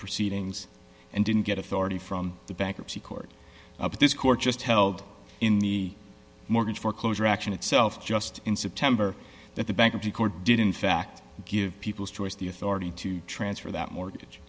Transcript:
proceedings and didn't get authority from the bankruptcy court but this court just held in the mortgage foreclosure action itself just in september that the bankruptcy court did in fact give people choice the authority to transfer that mortgage